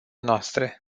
noastre